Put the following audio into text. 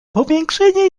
powiększenie